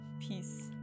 peace